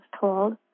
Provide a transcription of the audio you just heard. told